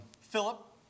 Philip